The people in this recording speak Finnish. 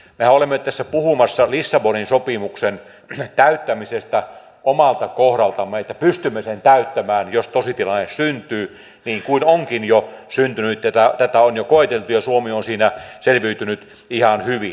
mehän olemme tässä puhumassa lissabonin sopimuksen täyttämisestä omalta kohdaltamme siitä että pystymme sen täyttämään jos tositilanne syntyy niin kuin onkin jo syntynyt ja tätä on jo koeteltu ja suomi on siinä selviytynyt ihan hyvin